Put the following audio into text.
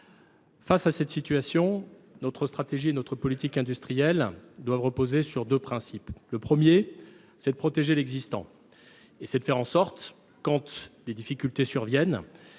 Face à cette situation, notre stratégie et notre politique industrielles doivent reposer sur deux principes. Le premier, c’est de protéger l’existant pour assurer, lorsque les difficultés surviennent,